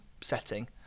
setting